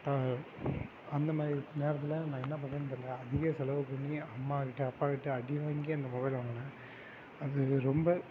அந்த மாதிரி நேரத்தில் நான் என்ன பண்ணுறதுனு தெரியலை அதிகம் செலவு பண்ணி அம்மாகிட்டே அப்பாகிட்டே அடி வாங்கி அந்த மொபைல் வாங்கினேன் அது ரொம்ப